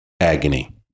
Agony